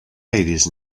ladies